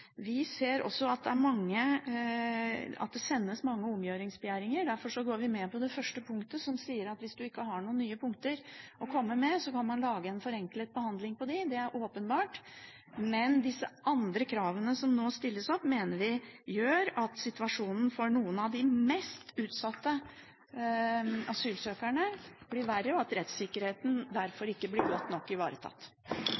Vi ser også at det sendes mange omgjøringsbegjæringer. Derfor går vi med på det første punktet, som sier at hvis du ikke har noen nye punkter å komme med, kan man lage en forenklet behandling av dem. Det er åpenbart. Men disse andre kravene som nå stilles opp, mener vi gjør at situasjonen for noen av de mest utsatte asylsøkerne blir verre, og at rettssikkerheten